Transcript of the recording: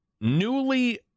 Newly